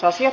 asia